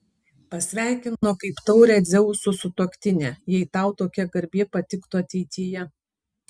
pasveikino kaip taurią dzeuso sutuoktinę jei tau tokia garbė patiktų ateityje